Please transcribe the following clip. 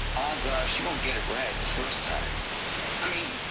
odds are, she won't get it right the first time i mean.